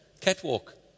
catwalk